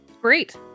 Great